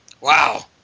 Wow